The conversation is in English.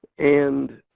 and,